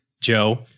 Joe